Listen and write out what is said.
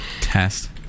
test